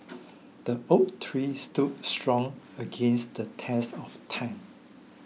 the oak tree stood strong against the test of time